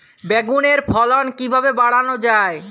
বেগুনের ফলন কিভাবে বাড়ানো যায়?